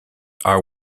are